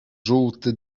żółty